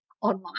online